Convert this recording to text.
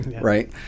right